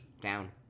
Down